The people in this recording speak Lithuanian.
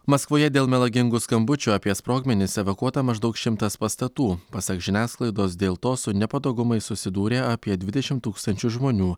maskvoje dėl melagingų skambučių apie sprogmenis evakuota maždaug šimtas pastatų pasak žiniasklaidos dėl to su nepatogumais susidūrė apie dvidešimt tūkstančių žmonių